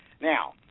Now